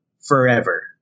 forever